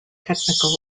technical